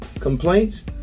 complaints